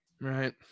Right